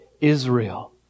Israel